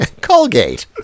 Colgate